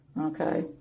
okay